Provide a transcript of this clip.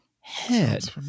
Head